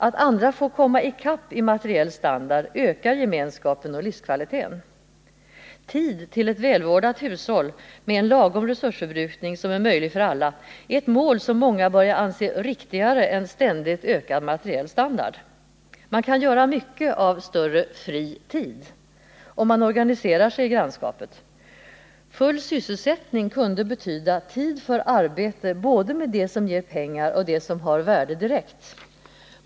Att andra får komma i kapp i materiell standard ökar gemenskapen och livskvaliteten. Tid till ett välvårdat hushåll, med en lagom resursförbrukning som är möjlig för alla, är ett mål som många börjar anse riktigare än ständigt ökad materiell standard. Man kan göra mycket av mera fri tid om man organiserar sig i grannskapet. Full sysselsättning kunde betyda tid för arbete både med det som ger pengar och med det som har värde direkt.